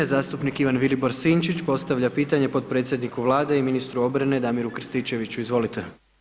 Zastupnik Ivan Vilibor Sinčić postavlja pitanje potpredsjedniku vlade i ministru obrane Damiru Krstičeviću, izvolite.